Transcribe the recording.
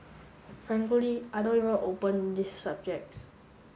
frankly I don't even open this subjects